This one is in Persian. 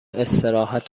استراحت